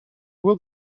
will